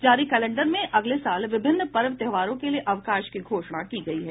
जारी कैलेंडर में अगले साल विभिन्न पर्व त्योहारों के लिए अवकाश की घोषणा की गयी है